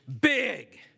Big